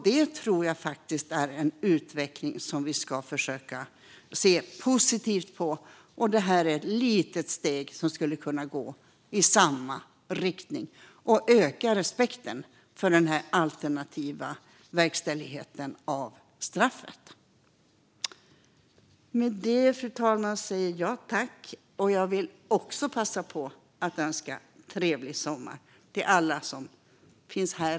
Detta tror jag är en utveckling som vi ska försöka se positivt på, och det här är ett litet steg som skulle kunna tas i samma riktning och som skulle kunna öka respekten för denna alternativa verkställighet av straff. Med detta, fru talman säger jag tack och vill också passa på att önska trevlig sommar till alla som finns här.